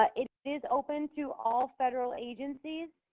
ah it is open to all federal agencies,